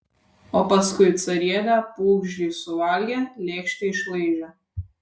o paskui carienė pūgžlį suvalgė lėkštę išlaižė